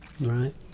Right